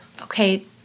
okay